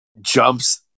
jumps